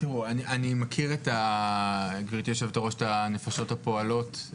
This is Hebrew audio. אני מכיר את הנפשות הפועלות,